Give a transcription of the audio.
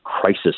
crisis